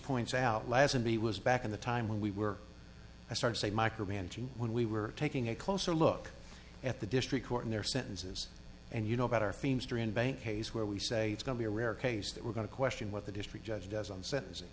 points out lazenby was back in the time when we were i started saying micromanaging when we were taking a closer look at the district court in their sentences and you know better themes greenbank case where we say it's going to be a rare case that we're going to question what the district judge does on sentencing